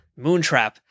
Moontrap